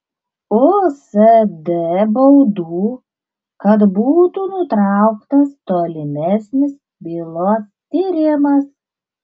usd baudų kad būtų nutrauktas tolimesnis bylos tyrimas